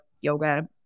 yoga